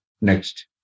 Next